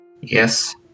Yes